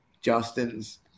Justin's